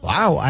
Wow